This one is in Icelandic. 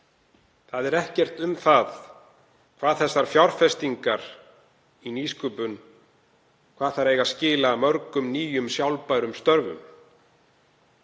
Það er ekkert um það hvað þessar fjárfestingar í nýsköpun eiga að skila mörgum nýjum sjálfbærum störfum.